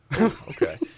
Okay